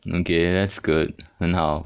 okay that's good 很好